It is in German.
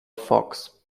fox